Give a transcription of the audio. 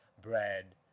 bread